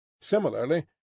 similarly